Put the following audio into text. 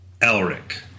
Elric